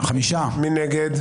מי נמנע?